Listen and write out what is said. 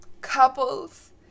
couples